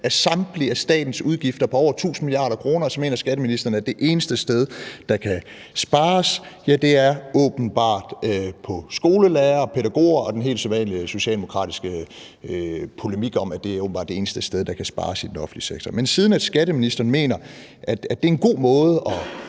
af samtlige af statens udgifter på over 1.000 mia. kr., og så mener skatteministeren, at det eneste sted, der åbenbart kan spares, er på skolelærere og pædagoger, altså den helt sædvanlige socialdemokratiske polemik om, at det åbenbart er det eneste sted, der kan spares i den offentlige sektor. Men siden skatteministeren mener, at det er en god måde at